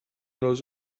knows